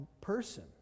person